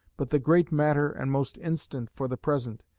but the great matter and most instant for the present,